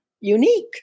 unique